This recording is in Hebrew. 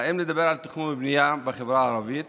האם לדבר על תכנון ובנייה בחברה הערבית